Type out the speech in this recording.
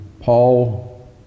Paul